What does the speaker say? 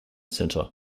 center